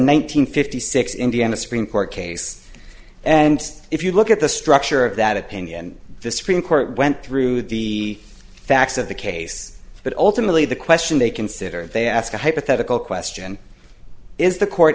hundred fifty six indiana supreme court case and if you look at the structure of that opinion the supreme court went through the facts of the case but ultimately the question they consider they ask a hypothetical question is the court